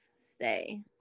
stay